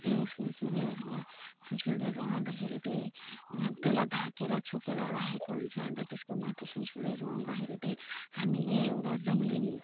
त्यो सुलसुलेहरूलाई सुलसुलेहरू आउँदाखेरि त्यही त्यसलाई ढाकेर छोपेर राखेको हुन्छ अन्त त्यसको माथि सुलसुलेहरू आउँदाखेरि त हामीले एउटा जङ्गली